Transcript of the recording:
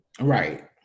Right